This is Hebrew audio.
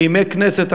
בימי כנסת,